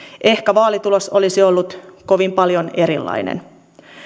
ehkä vaalitulos olisi ollut kovin paljon erilainen